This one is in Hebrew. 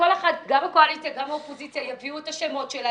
בקואליציה לא שמת את כל הסיעות.